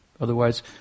Otherwise